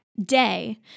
day